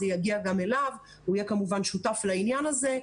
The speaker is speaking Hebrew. כך שזה יגיע גם אליו והוא כמובן יהיה שותף לעניין הזה.